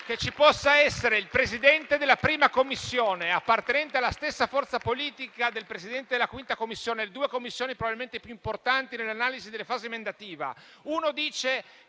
sarebbero stati. Ora, il Presidente della 1a Commissione, appartenente alla stessa forza politica del Presidente della 5a Commissione, le due Commissioni probabilmente più importanti nell'analisi della fase emendativa, dicono,